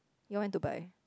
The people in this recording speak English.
you want to buy